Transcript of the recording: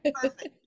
perfect